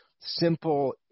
simple